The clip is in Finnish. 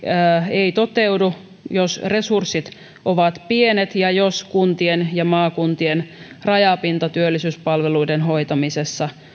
ei toteudu jos resurssit ovat pienet ja jos kuntien ja maakuntien rajapinta työllisyyspalveluiden hoitamisessa